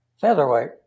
featherweight